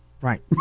Right